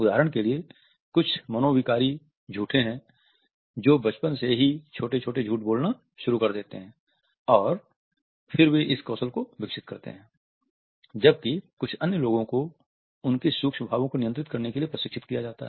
उदाहरण के लिए कुछ मनोविकारी झूठे हैं जो बचपन से ही छोटे छोटे झूठ बोलना सुरु कर देते है और और फिर वे इस कौशल को विकसित करते हैं जबकि कुछ अन्य लोगों को उनके सूक्ष्म भावों को नियंत्रित करने के लिए प्रशिक्षित किया जाता है